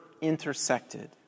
intersected